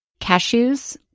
cashews